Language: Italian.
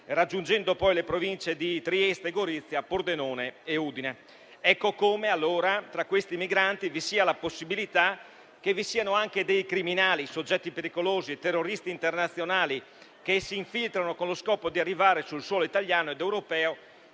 raggiungendo poi le Province di Trieste, Gorizia, Pordenone e Udine. Ecco che quindi c'è la possibilità che tra questi migranti vi siano anche criminali, soggetti pericolosi e terroristi internazionali che si infiltrano con lo scopo di arrivare sul suolo italiano ed europeo,